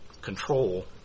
control